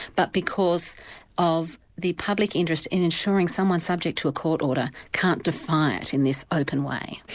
but because of the public interest in ensuring someone subject to a court order can't defy it in this open way.